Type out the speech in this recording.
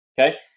Okay